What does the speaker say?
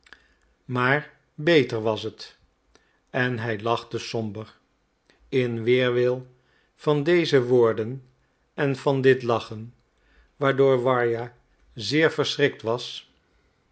maar beter was het en hij lachte somber in weerwil van deze woorden en van dit lachen waardoor warja zeer verschrikt was